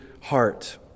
heart